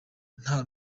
nta